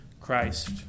Christ